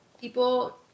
People